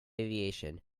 aviation